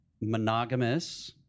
Monogamous